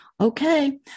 Okay